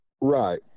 Right